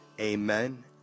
Amen